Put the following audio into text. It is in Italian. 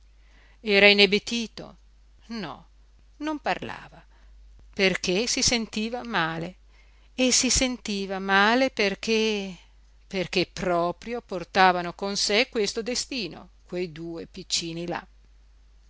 era inebetito no non parlava perché si sentiva male e si sentiva male perché perché proprio portavano con sé questo destino quei due piccini là